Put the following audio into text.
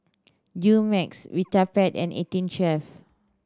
Dumex Vitapet and Eighteen Chef